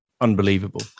unbelievable